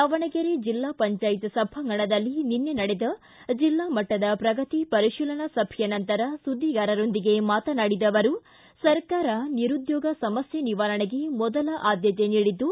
ದಾವಣಗೆರೆ ಜಿಲ್ಲಾ ಪಂಚಾಯತ್ ಸಭಾಂಗಣದಲ್ಲಿ ನಿನ್ನೆ ನಡೆದ ಜಿಲ್ಲಾ ಮಟ್ಟದ ಪ್ರಗತಿ ಪರಿಶೀಲನಾ ಸಭೆಯ ನಂತರ ಸುದ್ದಿಗಾರೊಂದಿಗೆ ಮಾತನಾಡಿದ ಅವರು ಸರ್ಕಾರ ನಿರುದ್ದೋಗ ಸಮಸ್ಥೆ ನಿವಾರಣೆಗೆ ಮೊದಲ ಆದ್ದತೆ ನೀಡಿದ್ದು